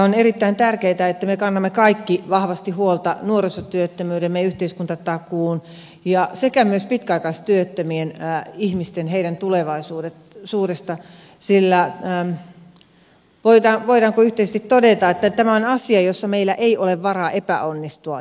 on erittäin tärkeätä että me kannamme kaikki vahvasti huolta nuorisotyöttömyyden meidän yhteiskuntatakuun sekä myös pitkäaikaistyöttömien ihmisten tulevaisuudesta sillä voidaanko yhteisesti todeta tämä on asia jossa meillä ei ole varaa epäonnistua